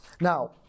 now